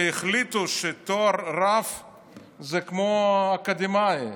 שהחליטו שתואר רב זה כמו אקדמאי,